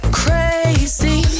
crazy